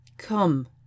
come